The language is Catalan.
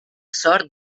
sort